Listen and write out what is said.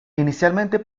inicialmente